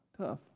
tough